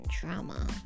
drama